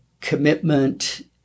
commitment